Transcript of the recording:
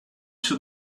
two